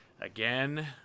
Again